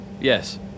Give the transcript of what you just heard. yes